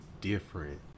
different